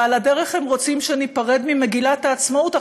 ועל הדרך הם רוצים שניפרד ממגילת העצמאות.